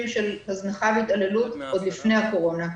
של הזנחה והתעללות עוד לפני הקורונה.